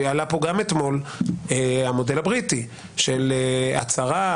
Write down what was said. עלה פה גם אתמול המודל הבריטי של הצהרה,